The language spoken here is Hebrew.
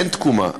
אין תקומה.